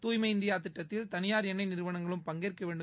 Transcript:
தூய்மை இந்தியா திட்டத்தில் தனியார் எண்ணெய் நிறுவனங்களும் பங்கேற்க வேண்டும்